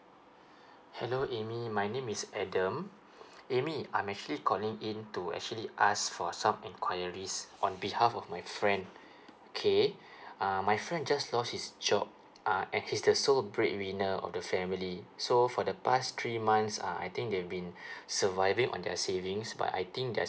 hello amy my name is adam amy I'm actually calling in to actually ask for some enquiries on behalf of my friend okay uh my friend just lost his job uh and he's the sole breadwinner of the family so for the past three months uh I think they've been surviving on their savings but I think their